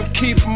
keep